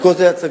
חלקו זה הצגה.